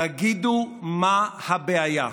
תגידו, מה הבעיה?